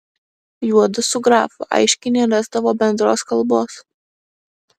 juodu su grafu aiškiai nerasdavo bendros kalbos